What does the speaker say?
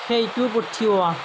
সেইটো পঠিওৱা